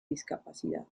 discapacidad